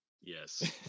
Yes